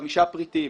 חמישה פריטים.